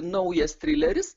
naujas trileris